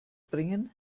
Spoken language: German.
bringen